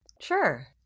sure